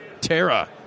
Tara